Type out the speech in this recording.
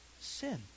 sin